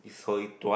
it's holy twat